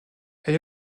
elle